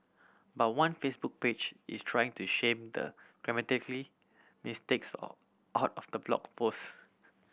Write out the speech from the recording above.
but one Facebook page is trying to shame the grammatically mistakes out of the blog post